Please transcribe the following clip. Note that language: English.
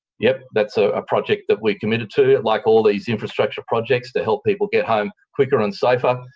yes, that's a project that we're committed to, like all these infrastructure projects, to help people get home quicker and safer.